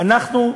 אנחנו,